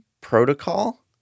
protocol